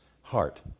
heart